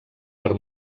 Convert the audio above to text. per